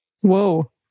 Whoa